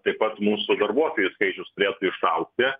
taip pat mūsų darbuotojų skaičius turėtų išaugti